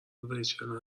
ریچل